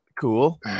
cool